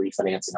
refinancing